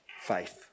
faith